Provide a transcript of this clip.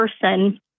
person